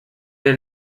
der